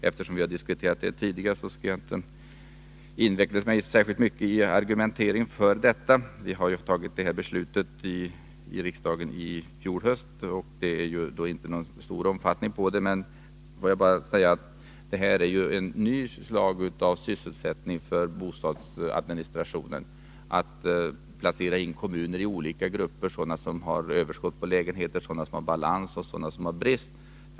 Eftersom den saken har diskuterats tidigare, skall jag inte inveckla mig särskilt mycket i argumenteringen för detta. Riksdagen fattade ju beslut om dessa stödformer i fjol höst, och de har ännu inte fått någon stor omfattning. Låt mig bara säga att här finns ett nytt verksamhetsfält för bostadsadministrationen. Kommunerna skall ju placeras i olika grupper: sådana som har överskott på lägenheter, sådana där det råder balans och sådana som har brist.